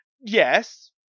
Yes